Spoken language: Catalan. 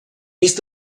mig